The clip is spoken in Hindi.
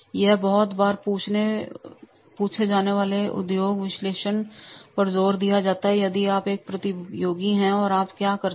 यह बहुत बार पूछे जाने वाले उद्योग विश्लेषण पर जोर दिया जाता है यदि आप एक प्रतियोगी है तो आप क्या करते हैं